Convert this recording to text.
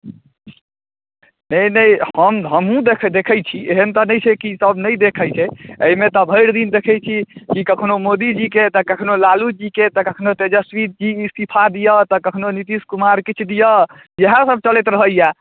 से नहि हम हमहूँ देखैत देखैत छी एहन तऽ नहि छै कि जे सभ नहि देखैत छै एहिमे तऽ भरिदिन देखैत छी ई कखनो मोदीजीके तऽ कखनो लालूजीके तऽ कखनो तेजस्वीजी इस्तीफा दिअ तऽ कखनो नितीश कुमार किछु दिअ इएहसभ चलैत रहैए